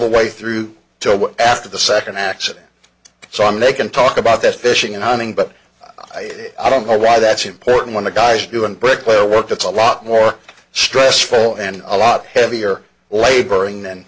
the way through to after the second act so on they can talk about that fishing and hunting but i don't know why that's important when the guys doing bricklayer work it's a lot more stressful and a lot heavier laboring then